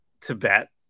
Tibet